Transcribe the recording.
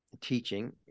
teaching